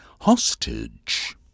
hostage